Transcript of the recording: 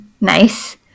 Nice